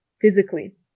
physically